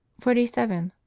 forty seven.